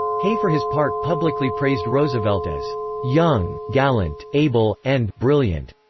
hay for his part publicly praised roosevelt as young, gallant, able, and brilliant,